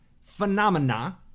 phenomena